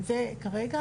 זה כרגע.